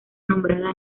nombrada